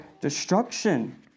destruction